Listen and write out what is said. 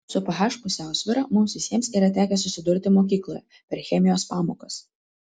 su ph pusiausvyra mums visiems yra tekę susidurti mokykloje per chemijos pamokas